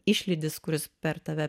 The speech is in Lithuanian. išlydis kuris per tave